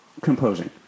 composing